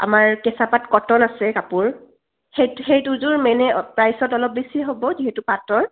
আমাৰ কেঁচা পাট কটন আছে কাপোৰ সেই সেই দুযোৰ মানে প্ৰাইচত অলপ বেছি হ'ব যিহেতু পাটৰ